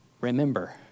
remember